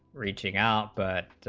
reaching out but